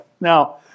Now